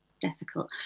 difficult